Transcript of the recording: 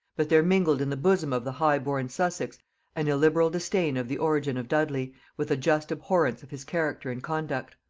but there mingled in the bosom of the high-born sussex an illiberal disdain of the origin of dudley, with a just abhorrence of his character and conduct.